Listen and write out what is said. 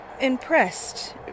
impressed